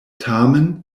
tamen